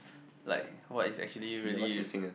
like what is actually really